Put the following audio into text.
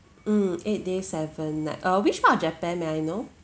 mm eight day seven night uh which part of japan may I know